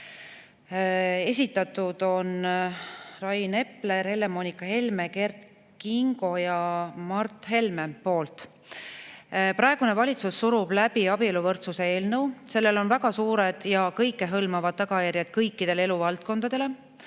esitanud Rain Epler, Helle-Moonika Helme, Kert Kingo ja Mart Helme. "Praegune valitsus surub läbi abieluvõrdsuse eelnõu. Sellel on väga suured ja kõikehõlmavad tagajärjed kõikidele eluvaldkondadele.